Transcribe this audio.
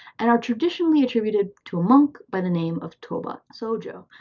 and are traditionally attributed to a monk by the name of toba sojo,